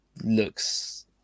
looks